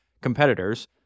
competitors